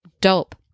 dope